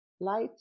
light